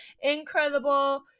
incredible